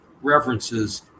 references